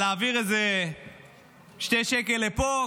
על להעביר איזה שני שקלים לפה,